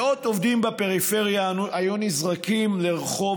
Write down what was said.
מאות עובדים בפריפריה היו נזרקים לרחוב